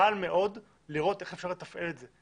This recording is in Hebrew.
קל מאוד לראות איך אפשר לתפעל את זה.